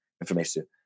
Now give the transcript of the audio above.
information